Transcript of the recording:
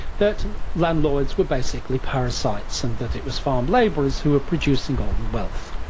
that landlords were basically parasites and that it was farm labourers who are producing all the wealth.